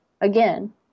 again